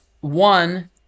One